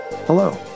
Hello